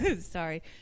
sorry